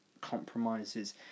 compromises